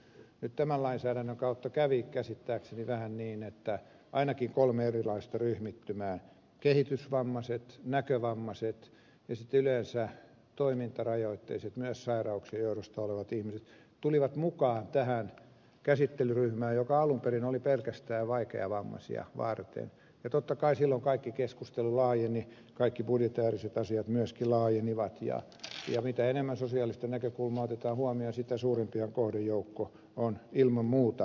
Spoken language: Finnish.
nyt tämän lainsäädännön kautta kävi käsittääkseni vähän niin että ainakin kolme erilaista ryhmittymää kehitysvammaiset näkövammaiset ja sitten yleensä toimintarajoitteiset myös sairauksien johdosta sellaisia olevat ihmiset tulivat mukaan tähän käsittelyryhmään joka alun perin oli pelkästään vaikeavammaisia varten ja totta kai silloin kaikki keskustelu laajeni kaikki budjettiasiat myöskin laajenivat ja mitä enemmän sosiaalista näkökulmaa otetaan huomioon sitä suurempi on kohdejoukko ilman muuta